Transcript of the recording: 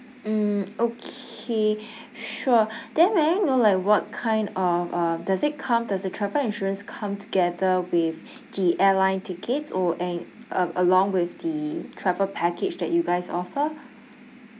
mm okay sure then may I know like what kind of um does it come does the travel insurance come together with the airline tickets or and uh along with the travel package that you guys offer